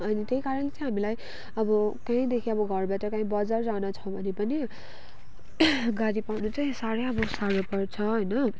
अनि त्यही कारण चाहिँ हामीलाई अब कहीँदेखि घरबाट कहीँ बजार जानु छ भने पनि गाडी पाउनु ँ साह्रै आब साह्रो पर्छ होइन